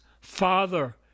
Father